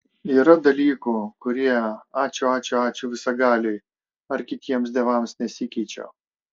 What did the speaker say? yra dalykų kurie ačiū ačiū ačiū visagaliui ar kitiems dievams nesikeičia